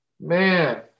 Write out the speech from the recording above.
Man